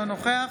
אינו נוכח